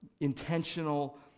intentional